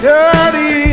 Dirty